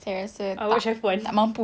saya rasa tak tak mampu